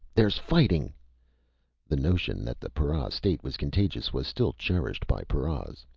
there's fighting the notion that the para state was contagious was still cherished by paras.